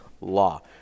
Law